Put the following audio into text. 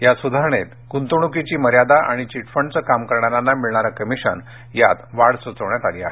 या सुधारणेत गुंतवणुकीची मर्यादा आणि चीट फंडचे काम करणाऱ्यांना मिळणारं कमिशन यात वाढ सुचवण्यात आली आहे